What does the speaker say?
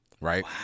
right